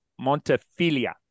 Montefilia